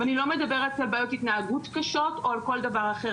ואני לא מדברת על בעיות התנהגות קשות או כל דבר אחר,